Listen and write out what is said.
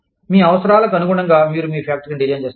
మీ అవసరాలకు అనుగుణంగా మీరు మీ ఫ్యాక్టరీని డిజైన్ చేస్తారు